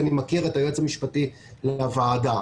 כי אני מכיר את היועץ המשפטי של הוועדה,